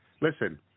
Listen